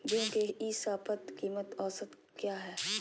गेंहू के ई शपथ कीमत औसत क्या है?